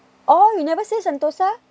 oh you never say sentosa